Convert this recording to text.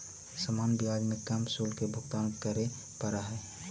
सामान्य ब्याज में कम शुल्क के भुगतान करे पड़ऽ हई